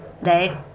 Right